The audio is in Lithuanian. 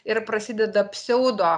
ir prasideda pseudo